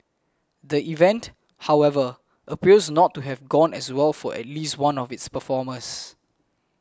the event however appears to not have gone as well for at least one of its performers